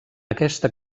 aquesta